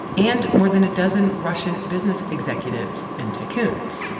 and more than a dozen russian business executives and tycoons.